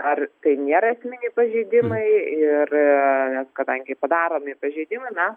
ar tai nėra esminiai pažeidimai ir kadangi padaromi pažeidimai na